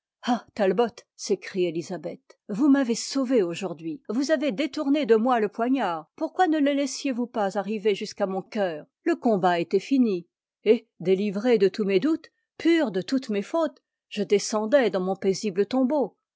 ah talbot s'écrie élisabeth vous m'avez sauvée aujourd'hui vous avez détourné de moi le poignard pourquoi ne le laissiez vous pas ar river jusqu'à mon cœur le combat était fini et délivrée de tous mes doutes pure de toutes mes fautes je descendais dans mon paisible t tombeau